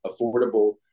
affordable